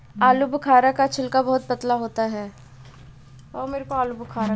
आलूबुखारा का छिलका बहुत पतला होता है